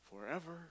forever